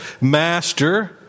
master